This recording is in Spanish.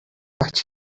chilenas